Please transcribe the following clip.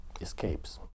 escapes